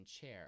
chair